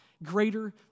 greater